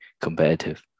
competitive